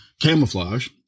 camouflage